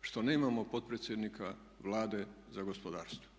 što nemamo potpredsjednika Vlade za gospodarstvo.